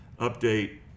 update